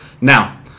Now